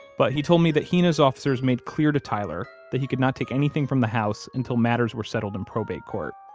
but he told me that he and his officers made clear to tyler that he could not take anything from the house until matters were settled in probate court.